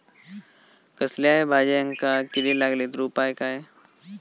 कसल्याय भाजायेंका किडे लागले तर उपाय काय?